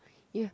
you